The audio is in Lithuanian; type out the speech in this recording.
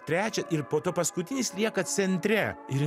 trečias ir po to paskutinis lieka centre ir